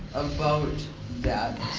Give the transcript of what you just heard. about that.